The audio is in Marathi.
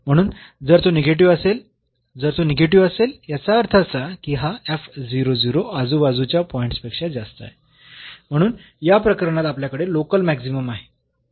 म्हणून जर तो निगेटिव्ह असेल जर तो निगेटिव्ह असेल याचा अर्थ असा की हा आजूबाजूच्या पॉईंट्स पेक्षा जास्त आहे म्हणून या प्रकरणात आपल्याकडे लोकल मॅक्सिमम आहे